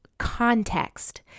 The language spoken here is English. context